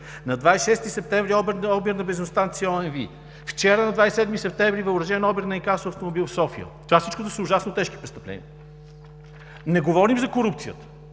на 26 септември – обир на бензиностанция ОМV. Вчера, 27 септември – въоръжен обир на инкасо автомобил в София. Всичко това са ужасно тежки престъпления. Не говорим за корупция,